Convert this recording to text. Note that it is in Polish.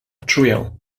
czuję